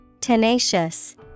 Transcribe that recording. Tenacious